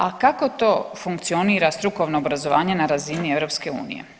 A kako to funkcionira strukovno obrazovanje na razini EU?